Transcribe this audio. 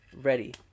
ready